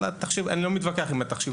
אני לא מתווכח עם התחשיב.